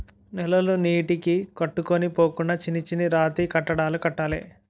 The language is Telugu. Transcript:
నేలలు నీటికి కొట్టుకొని పోకుండా చిన్న చిన్న రాతికట్టడాలు కట్టాలి